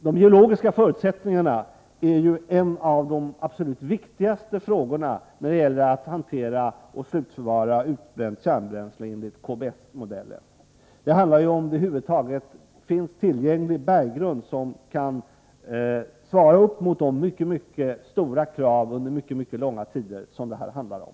De geologiska förutsättningarna är ju en av de absolut viktigaste frågorna när det gäller att hantera och slutförvara utbränt kärnbränsle enligt KBS-modellen. Det gäller ju om det över huvud taget finns tillgänglig berggrund som kan motsvara de mycket stora krav under mycket långa tider som det handlar om.